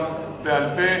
גם בעל-פה.